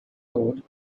code